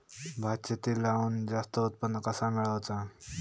भात शेती लावण जास्त उत्पन्न कसा मेळवचा?